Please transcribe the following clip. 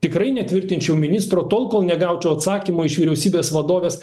tikrai netvirtinčiau ministro tol kol negaučiau atsakymo iš vyriausybės vadovės